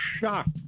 shocked